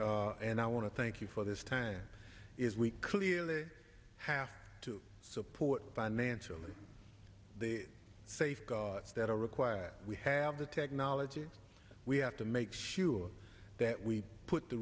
and i want to thank you for this time is we clearly have to support financially the safeguards that are required we have the technology we have to make sure that we put the